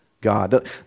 God